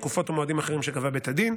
תקופות או מועדים אחרים שקבע בית הדין,